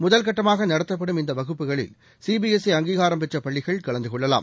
முதல் கட்டமாகநடத்தப்படும் இந்தவகுப்புகளில் சிபிஎஸ்ஈ அங்கீகாரம் பெற்றபள்ளிகள் கலந்தகொள்ளலாம்